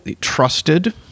trusted